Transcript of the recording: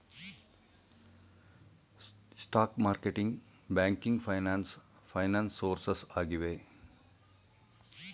stock marketing, banking finance finance sources ಆಗಿವೆ